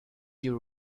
you